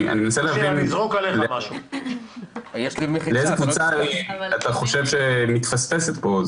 אני מנסה להבין איזה קבוצה אתה חושב שמתפספסת פה.